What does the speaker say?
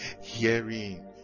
Hearing